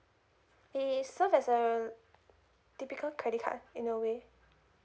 so that's uh typical credit card in a way